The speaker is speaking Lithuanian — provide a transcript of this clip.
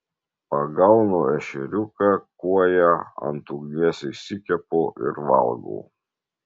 pagaunu ešeriuką kuoją ant ugnies išsikepu ir valgau